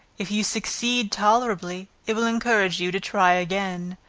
if you succeed tolerably, it will encourage you to try again.